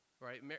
right